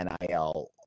nil